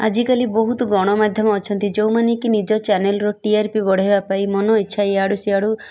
ଆଜିକାଲି ବହୁତ ଗଣମାଧ୍ୟମ ଅଛନ୍ତି ଯେଉଁମାନେ କିି ନିଜ ଚ୍ୟାନେଲ୍ର ଟି ଆର୍ ପି ବଢ଼େଇବା ପାଇଁ ମନ ଇଚ୍ଛା ଇଆଡ଼ୁ ସିଆଡ଼ୁ